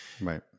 Right